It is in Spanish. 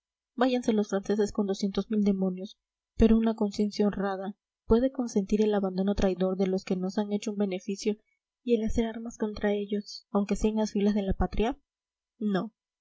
váyanse los franceses con doscientos mil demonios pero una conciencia honrada puede consentir el abandono traidor de los que nos han hecho un beneficio y el hacer armas contra ellos aunque sea en las filas de la patria no